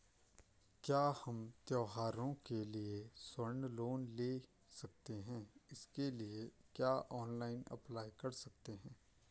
क्या हम त्यौहारों के लिए स्वर्ण लोन ले सकते हैं इसके लिए क्या ऑनलाइन अप्लाई कर सकते हैं?